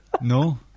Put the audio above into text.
no